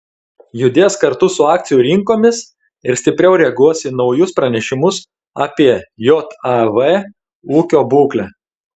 judės kartu su akcijų rinkomis ir stipriau reaguos į naujus pranešimus apie jav ūkio būklę